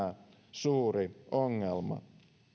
suuri ongelma